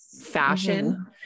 fashion